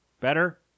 Better